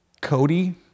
Cody